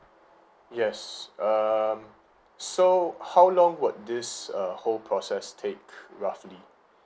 yes um so how long would this uh whole process take roughly